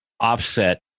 offset